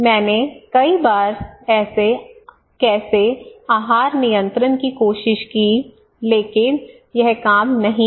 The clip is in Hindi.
मैंने कई बार कैसे आहार नियंत्रण की कोशिश की लेकिन यह काम नहीं किया